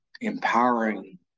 empowering